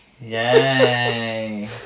Yay